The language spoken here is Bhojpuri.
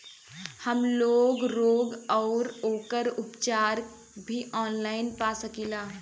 हमलोग रोग अउर ओकर उपचार भी ऑनलाइन पा सकीला?